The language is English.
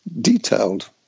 detailed